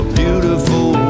beautiful